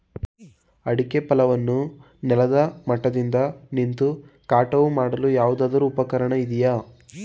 ಅಡಿಕೆ ಫಸಲನ್ನು ನೆಲದ ಮಟ್ಟದಿಂದ ನಿಂತು ಕಟಾವು ಮಾಡಲು ಯಾವುದಾದರು ಉಪಕರಣ ಇದೆಯಾ?